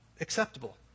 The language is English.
acceptable